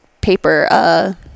paper